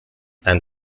and